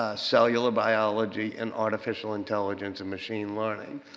cellular biology and artificial intelligence and machine learning.